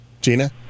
Gina